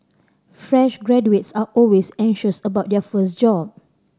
fresh graduates are always anxious about their first job